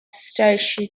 station